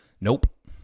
Nope